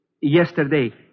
Yesterday